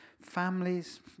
families